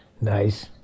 Nice